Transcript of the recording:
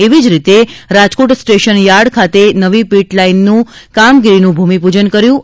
એવી જ રીતે રાજકોટ સ્ટેશન યાર્ડ ખાતે નવી પીટ લાઇનની કામગીરીનું ભૂમિપ્જન કર્ય હતું